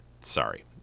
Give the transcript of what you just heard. Sorry